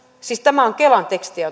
siis tämä on kelan tekstiä